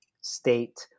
state